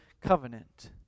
covenant